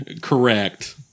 correct